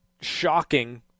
shocking